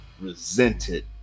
resented